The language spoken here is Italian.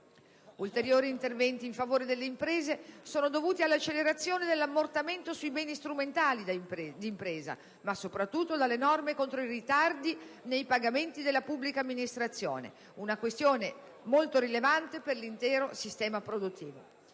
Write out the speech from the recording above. Ulteriori interventi in favore delle imprese sono dovuti all'accelerazione dell'ammortamento sui beni strumentali di impresa, ma, soprattutto, dalle norme contro i ritardi nei pagamenti della pubblica amministrazione, una questione molto rilevante per l'intero sistema produttivo.